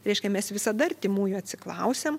reiškia mes visada artimųjų atsiklausiam